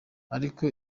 ariko